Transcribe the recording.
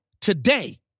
today